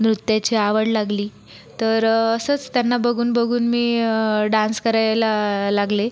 नृत्याची आवड लागली तर असंच त्यांना बघून बघून मी डान्स करायला लागले